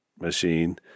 machine